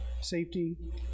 safety